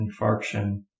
infarction